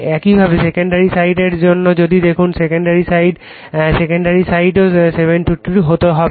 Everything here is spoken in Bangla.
একইভাবে সেকেন্ডারি সাইডের জন্য যদি দেখুন সেকেন্ড সাইড সেকেন্ডারি সাইডও 72 হতে হবে